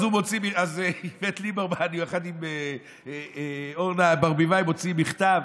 אז איווט ליברמן יחד עם אורנה ברביבאי מוציאים מכתב.